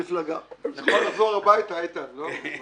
יכול לחזור הביתה, איתן, לא?